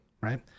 Right